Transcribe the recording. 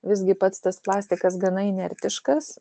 visgi pats tas plastikas gana inertiškas